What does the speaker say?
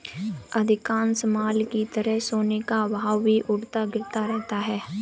अधिकांश माल की तरह सोने का भाव भी उठता गिरता रहता है